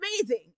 amazing